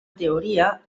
teoria